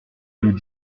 nous